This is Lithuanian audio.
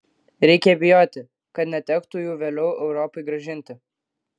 reikia bijoti kad netektų jų vėliau europai grąžinti